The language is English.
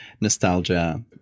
nostalgia